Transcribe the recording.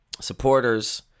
supporters